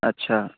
अच्छा